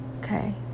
okay